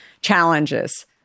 challenges